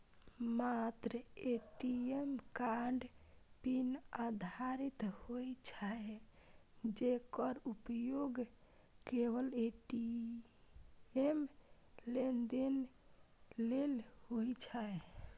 मात्र ATM card PIN आधारित होइ छै, जेकर उपयोग केवल ए.टी.एम लेनदेन लेल होइ छै